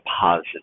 positive